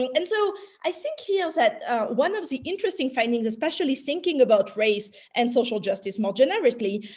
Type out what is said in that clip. i mean and so i think here that one of the interesting findings, especially thinking about race and social justice more generically,